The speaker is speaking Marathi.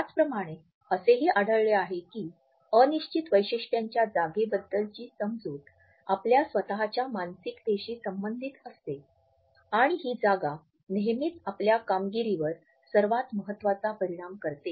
त्याचप्रमाणे असेही आढळले आहे की अनिश्चित वैशिष्ट्याच्या जागेबद्दलची समजूत आपल्या स्वतःच्या मानसिकतेशी संबंधित असते आणि ही जागा नेहमीच आपल्या कामगिरीवर सर्वात महत्वाचा परिणाम करते